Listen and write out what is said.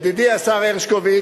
ידידי השר הרשקוביץ,